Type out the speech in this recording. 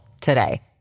today